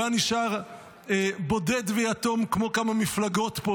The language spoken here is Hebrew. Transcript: והוא היה נשאר בודד ויתום כמו כמה מפלגות פה,